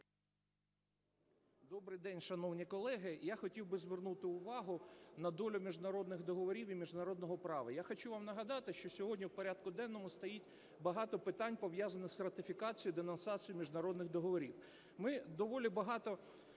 Добрий день, шановні колеги! Я хотів би звернути увагу на долю міжнародних договорів і міжнародного права. Я хочу вам нагадати, що сьогодні в порядку денному стоїть багато питань, пов'язаних з ратифікацією, денонсацією міжнародних договорів.